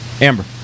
Amber